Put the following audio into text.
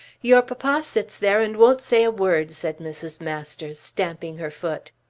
your papa sits there and won't say a word, said mrs. masters, stamping her foot.